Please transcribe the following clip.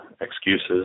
excuses